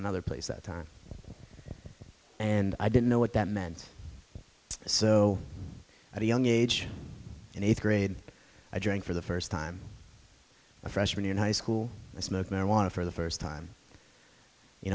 another place that time and i didn't know what that meant so at a young age and eighth grade i drank for the first time a freshman in high school i smoked marijuana for the first